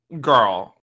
girl